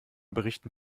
berichten